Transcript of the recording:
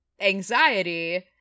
anxiety